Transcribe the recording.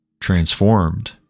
transformed